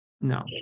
No